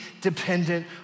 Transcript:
dependent